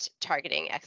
targeting